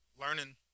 learning